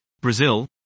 Brazil